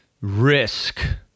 risk